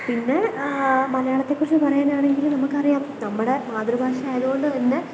പിന്നെ മലയാളത്തെക്കുറിച്ച് പറയാനാണെങ്കിൽ നമുക്കറിയാം നമ്മുടെ മാതൃഭാഷ ആയതുകൊണ്ട് തന്നെ